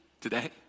today